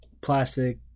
plastic